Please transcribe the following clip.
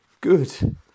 good